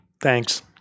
thanks